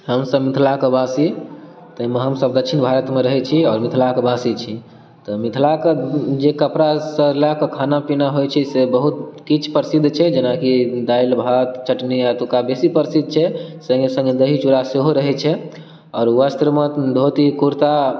हम सभ मिथिलाके वासी ताहिमे हम सभ दक्षिण भारतमे रहैत छी आओर मिथिलाके वासी छी तऽ मिथिलाके जे कपड़ा से लएके खाना पीना होइत छै से बहुत किछु प्रसिद्ध छै जेना कि दालि भात चटनी एतुका बेसी प्रसिद्ध छै सङ्गे सङ्गे दही चूड़ा सेहो रहैत छै आओर वस्त्रमे धोती कुर्ता